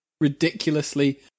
ridiculously